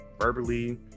verbally